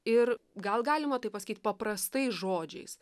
ir gal galima tai pasakyt paprastais žodžiais